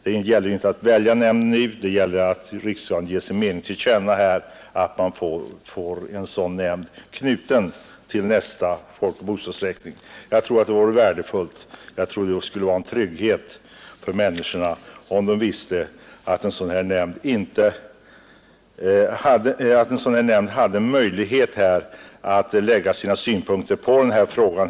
Det gäller nu inte att välja ledamöter till nämnden utan att riksdagen som sin mening skall ge till känna att sådan nämnd skall knytas till nästa folkoch bostadsräkning. Jag tror att det skulle kännas betryggande för människorna att veta att det finns en nämnd, som har möjlighet att framföra synpunkter på denna fråga.